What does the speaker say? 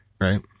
Right